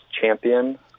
champion